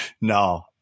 no